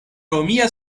romia